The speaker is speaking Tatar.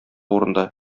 урында